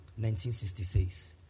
1966